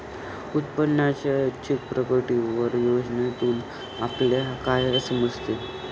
उत्पन्नाच्या ऐच्छिक प्रकटीकरण योजनेतून आपल्याला काय समजते?